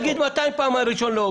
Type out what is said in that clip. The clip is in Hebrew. לא שם לב מה אתה